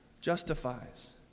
justifies